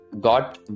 got